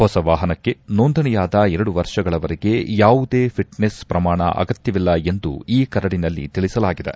ಹೊಸ ವಾಹನಕ್ಕೆ ನೋಂದಣಿಯಾದ ಎರಡು ವರ್ಷಗಳವರೆಗೆ ಯಾವುದೇ ಫಿಟ್ನೆಸ್ ಪ್ರಮಾಣ ಅಗತ್ವವಿಲ್ಲ ಎಂದೂ ಈ ಕರಡಿನಲ್ಲಿ ತಿಳಿಸಲಾಗಿದೆ